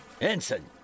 Ensign